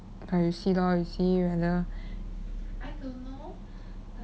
but you see lor you see whether